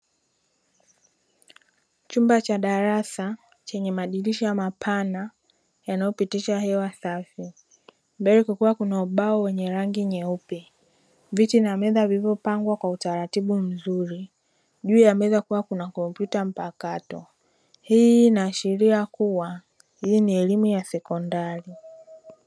Chumba cha darasa chenye madirisha mapana yanayopitisha hewa safi, mbele kukiwa kuna ubao wenye rangi nyeupe viti na meza vilivyopangwa kwa utaratibu mzuri juu ya meza kukiwa kuna kompyuta mpakato hii inaashiria kuwa hii ni elimu ya sekondari.